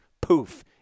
poof